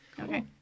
Okay